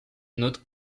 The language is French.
note